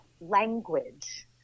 language